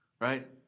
Right